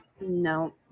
No